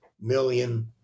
million